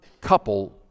couple